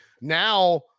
now